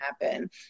happen